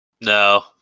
No